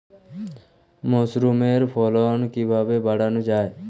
মাসরুমের ফলন কিভাবে বাড়ানো যায়?